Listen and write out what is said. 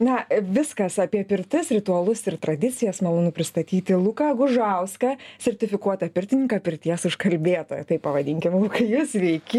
na viskas apie pirtis ritualus ir tradicijas malonu pristatyti luką gužauską sertifikuotą pirtininką pirties užkalbėtoją taip pavadinkim lukai jus sveiki